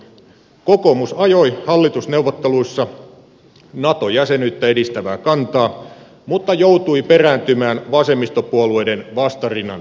kokoomus ajoi hallitusneuvotteluissa nato jäsenyyttä edistävää kantaa mutta joutui perääntymään vasemmistopuolueiden vastarinnan edessä